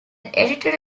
edited